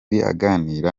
aganira